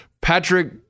Patrick